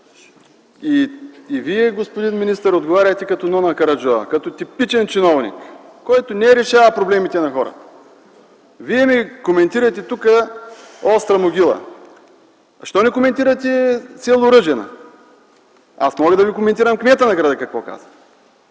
И Вие, господин министър, отговаряте като Нона Караджова - като типичен чиновник, който не решава проблемите на хората. Вие коментирате тук с. Остра могила. Защо не коментирате с. Ръжена? Аз мога да коментирам кмета на селото какво казва,